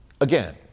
again